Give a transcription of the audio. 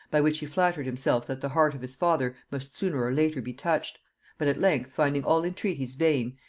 by which he flattered himself that the heart of his father must sooner or later be touched but at length, finding all entreaties vain,